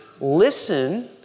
listen